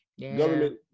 government